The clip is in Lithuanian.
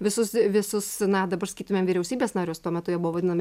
visus visus na dabar sakytumėm vyriausybės narius tuo metu jie buvo vadinami